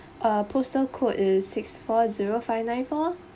uh postal code is six four zero five nine four